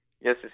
Yes